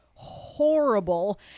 horrible